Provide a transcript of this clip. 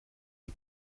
die